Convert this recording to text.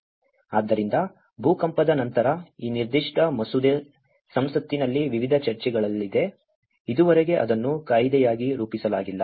ಆದ್ದರಿಂದ ಭೂಕಂಪದ ನಂತರ ಈ ನಿರ್ದಿಷ್ಟ ಮಸೂದೆ ಸಂಸತ್ತಿನಲ್ಲಿ ವಿವಿಧ ಚರ್ಚೆಗಳಲ್ಲಿದೆ ಇದುವರೆಗೂ ಅದನ್ನು ಕಾಯಿದೆಯಾಗಿ ರೂಪಿಸಲಾಗಿಲ್ಲ